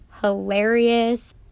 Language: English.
hilarious